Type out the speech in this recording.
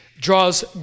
Draws